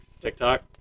TikTok